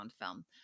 film